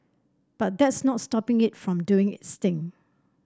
but that's not stopping it from doing its thing